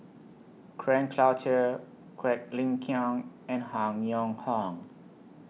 Frank Cloutier Quek Ling Kiong and Han Yong Hong